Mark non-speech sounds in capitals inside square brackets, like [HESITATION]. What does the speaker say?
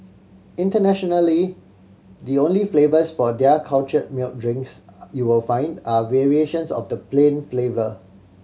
internationally the only flavours for their culture milk drinks [HESITATION] you will find are variations of the plain flavour